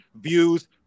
views